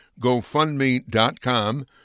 gofundme.com